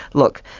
look,